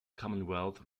commonwealth